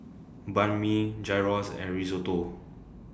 Banh MI Gyros and Risotto